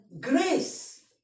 Grace